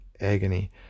agony